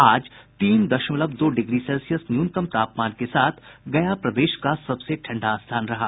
आज तीन दशमलव दो डिग्री सेल्सियस न्यूनतम तापमान के साथ गया प्रदेश का सबसे ठंडा स्थान रहा